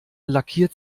lackiert